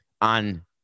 on